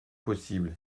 possible